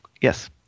Yes